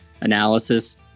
analysis